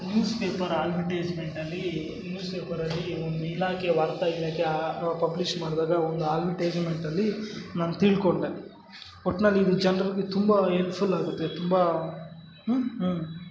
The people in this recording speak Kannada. ನ್ಯೂಸ್ ಪೇಪರ್ ಆಡ್ವಟೆಝ್ಮೆಂಟಿನಲ್ಲೀ ನ್ಯೂಸ್ ಪೇಪರಲ್ಲಿ ಒಂದು ಇಲಾಖೆ ವಾರ್ತಾ ಇಲಾಖೆ ಆ ಪಬ್ಲಿಶ್ ಮಾಡಿದಾಗ ಒಂದು ಆಡ್ವಟೇಜ್ಮೆಂಟಲ್ಲಿ ನಾನು ತಿಳ್ಕೊಂಡೆ ಒಟ್ನಲ್ಲಿ ಇದು ಜನರಿಗೆ ತುಂಬ ಎಲ್ಪ್ಫುಲ್ ಆಗುತ್ತೆ ತುಂಬ ಹ್ಞೂ